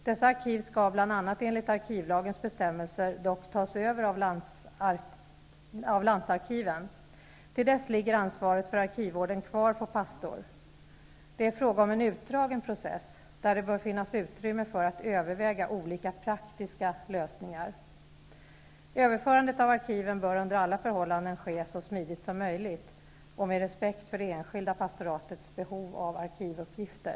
Dessa arkiv skall -- bl.a. enligt arkivlagens bestämmelser -- dock tas över av landsarkiven. Tills dess ligger ansvaret för arkivvården kvar på pastor. Det är fråga om en utdragen process där det bör finnas utrymme för att överväga olika praktiska lösningar. Överförandet av arkiven bör under alla förhållanden ske så smidigt som möjligt och med respekt för det enskilda pastoratets behov av arkivuppgifter.